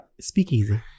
Speakeasy